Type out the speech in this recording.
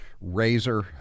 razor